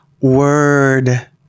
word